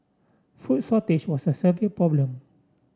food shortage was a severe problem